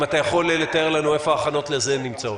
אם אתה יכול לתאר לנו איפה ההכנות לזה נמצאות.